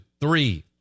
three